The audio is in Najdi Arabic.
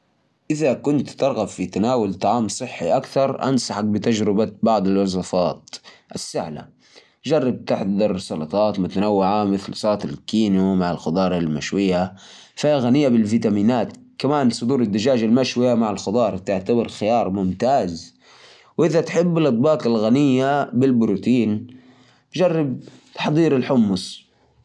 جرب تسوي سلطه خضار ملونة حط فيها خيار وطماطم وفلفله مع شوية الزيتون والليمون كمان ممكن تسوي صدور دجاج مشوية مع بهارات وتقدمها مع أرز بني أو كينوة ولا تنسى الفواكه كواجبة خفيفة مثل التفاح أو المانجو